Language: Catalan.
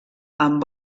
amb